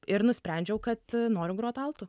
ir nusprendžiau kad noriu grot altu